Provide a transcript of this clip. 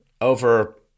over